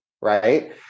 right